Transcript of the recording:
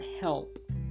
help